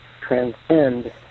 transcend